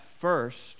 first